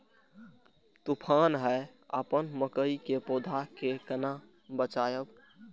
तुफान है अपन मकई के पौधा के केना बचायब?